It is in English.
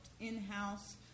in-house